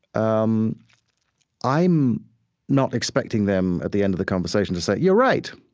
um i'm not expecting them at the end of the conversation to say, you're right,